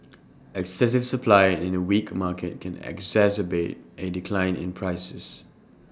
excessive supply in A weak market can exacerbate A decline in prices